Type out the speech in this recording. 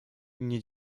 nie